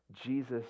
Jesus